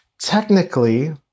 technically